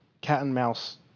cat-and-mouse